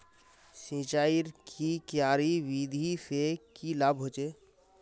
सिंचाईर की क्यारी विधि से की लाभ होचे?